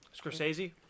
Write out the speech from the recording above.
Scorsese